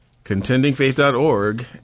contendingfaith.org